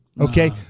Okay